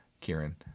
Kieran